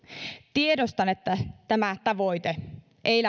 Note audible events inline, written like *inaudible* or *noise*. tiedostan että tämä tavoite ei *unintelligible*